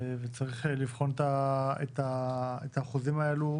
צריך לבחון את האחוזים האלה,